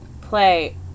play